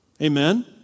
Amen